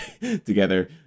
together